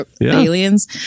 aliens